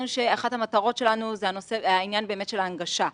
אני מקווה שהיום שלנו יהיה יום מבורך בעבודה שנעשה כאן.